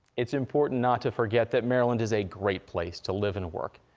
it's important not to forget that maryland is a great place to live and work.